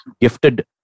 gifted